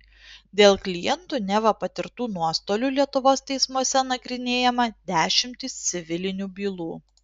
dėl klientų neva patirtų nuostolių lietuvos teismuose nagrinėjama dešimtys civilinių bylų